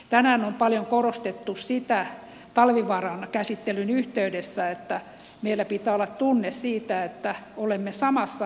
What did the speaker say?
tänään on paljon korostettu talvivaaran käsittelyn yhteydessä sitä että meillä pitää olla tunne siitä että olemme samassa veneessä